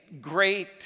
great